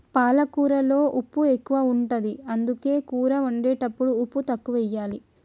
పాలకూరలో ఉప్పు ఎక్కువ ఉంటది, అందుకే కూర వండేటప్పుడు ఉప్పు తక్కువెయ్యాలి